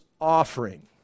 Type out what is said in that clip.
offering